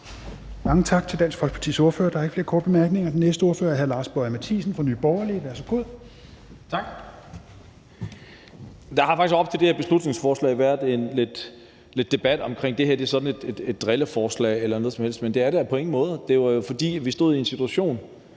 Mange tak til Dansk Folkepartis ordfører. Der er ikke flere korte bemærkninger. Den næste ordfører er hr. Lars Boje Mathiesen fra Nye Borgerlige. Værsgo. Kl. 15:59 (Ordfører) Lars Boje Mathiesen (NB): Tak. Der har faktisk op til det her beslutningsforslag været lidt debat om, om det her er sådan et drilleforslag eller sådan noget, men det er det på ingen måde. Det var jo, fordi vi stod i en situation,